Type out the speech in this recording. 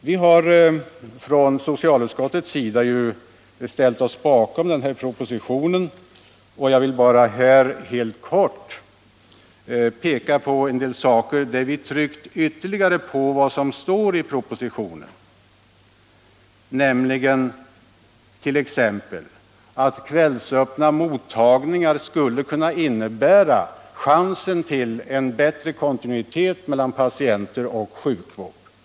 Vi har från socialutskottets sida ställt oss bakom propositionen, och jag vill bara helt kort peka på några punkter där vi ytterligare tryckt på vad som står i propositionen. Vi har bl.a. betonat att kvällsöppna mottagningar skulle kunna innebära chans till en bättre kontinuitet mellan patienter och sjukvårdsinrättningar.